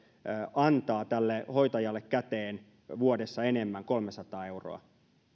antaa tälle hoitajalle käteen vuodessa kolmesataa euroa enemmän